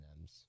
Ms